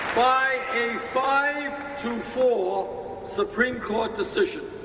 by a five to four supreme court decision,